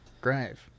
grave